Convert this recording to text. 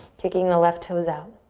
kicking the left toes out.